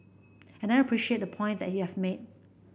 and I appreciate the point that you've made